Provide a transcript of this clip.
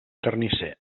carnisser